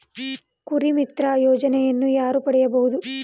ಕುರಿಮಿತ್ರ ಯೋಜನೆಯನ್ನು ಯಾರು ಪಡೆಯಬಹುದು?